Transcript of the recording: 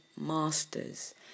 masters